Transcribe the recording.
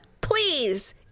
please